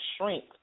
shrink